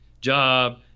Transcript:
job